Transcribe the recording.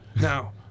now